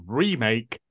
remake